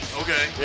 okay